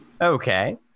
Okay